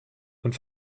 und